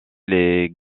les